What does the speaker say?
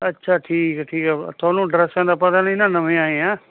ਅੱਛਾ ਠੀਕ ਹੈ ਠੀਕ ਹੈ ਤੁਹਾਨੂੰ ਡਰੈਸਾਂ ਦਾ ਪਤਾ ਨਹੀਂ ਨਾ ਨਵੇਂ ਆਏ ਆ